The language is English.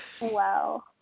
Wow